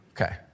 Okay